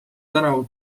tänavu